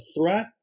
threat